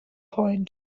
point